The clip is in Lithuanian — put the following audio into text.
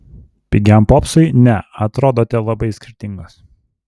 pigiam popsui ne atrodote labai skirtingos